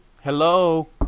hello